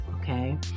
okay